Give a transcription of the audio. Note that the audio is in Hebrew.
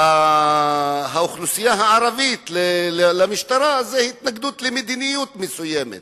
האוכלוסייה הערבית למשטרה זה התנגדות למדיניות מסוימת.